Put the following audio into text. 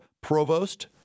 Provost